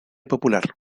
popular